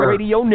Radio